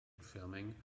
filming